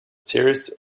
serious